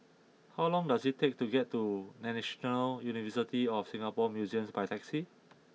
how long does it take to get to National University of Singapore Museums by taxi